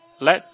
Let